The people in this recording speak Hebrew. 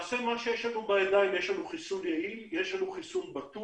יש לנו בידיים חיסון יעיל ובטוח.